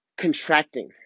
contracting